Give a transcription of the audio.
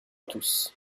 tous